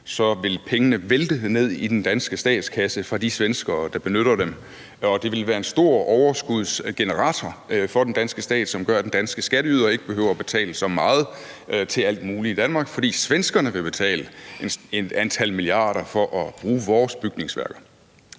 så vil pengene vælte ned i den danske statskasse fra de svenskere, der benytter dem, og det vil være en stor overskudsgenerator for den danske stat, som gør, at den danske skatteyder ikke behøver at betale så meget til alt muligt i Danmark, fordi svenskerne vil betale et antal milliarder kroner for at bruge vores bygningsværker.